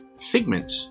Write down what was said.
figment